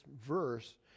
verse